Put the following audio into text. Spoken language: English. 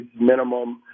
minimum